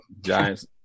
Giants